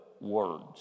words